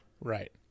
Right